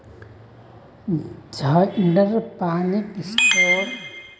झड़ीर पानीक स्टोर करे बादे इस्तेमाल कराल जबा सखछे